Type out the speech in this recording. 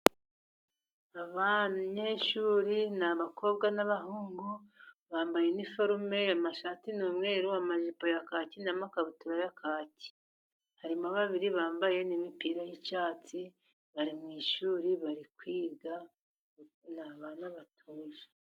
Abanyeshuri ni abakobwa n'abahungu, bambaye iniforume amashati ni umweru amajipo ya kaki, n'amakabutura ya kaki, harimo babiri bambaye imipira y'icyatsi, bari mu ishuri bari kwiga ni abana batuje.